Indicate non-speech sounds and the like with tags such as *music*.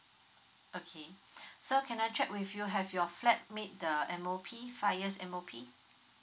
okay *breath* so can I check with you have your flat meet the M_O_P five years M_O_P